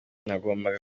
nagombaga